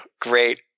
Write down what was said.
Great